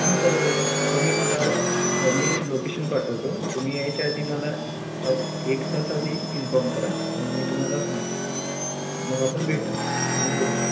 हां सर तुम्ही मला मी लोकेशन पाठवतो तुम्ही यायच्या आधी मला एक तास आधी इन्फॉर्म करा मग मी तुम्हाला सांगतो मग आपण भेटू आणि बोलू